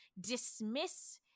dismiss